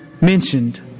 mentioned